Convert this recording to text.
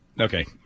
Okay